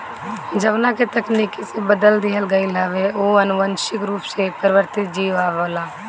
जवना के तकनीकी से बदल दिहल गईल हवे उ अनुवांशिक रूप से परिवर्तित जीव होला